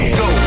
go